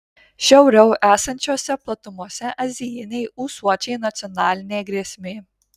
šiauriau esančiose platumose azijiniai ūsuočiai nacionalinė grėsmė